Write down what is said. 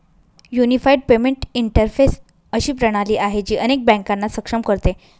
unified payment interface अशी प्रणाली आहे, जी अनेक बँकांना सक्षम करते